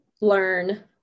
learn